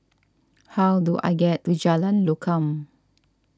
how do I get to Jalan Lokam